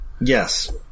Yes